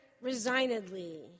resignedly